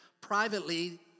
Privately